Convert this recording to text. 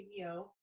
CEO